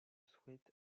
souhaite